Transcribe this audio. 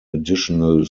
additional